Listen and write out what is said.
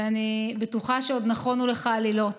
ואני בטוחה שעוד נכונו לך עלילות.